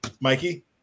Mikey